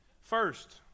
First